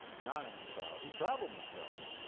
not in the south. he traveled in the south.